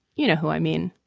you know who i mean.